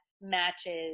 matches